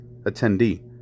attendee